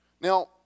Now